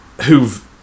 who've